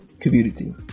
community